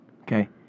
Okay